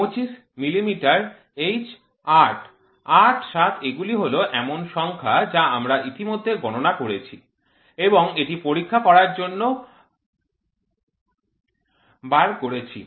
২৫ millimetre H 8 ৮ 7 এগুলি হল এমন সংখ্যা যা আমরা ইতিমধ্যে গণনা করেছি এবং এটি পরীক্ষা করার জন্য বার করেছি